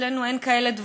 אצלנו אין כאלה דברים.